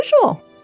Visual